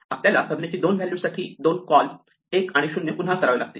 आपल्याला Fibonacci 2 value साठी 2 call 1 आणि 0 पुन्हा करावे लागतील